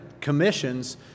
commissions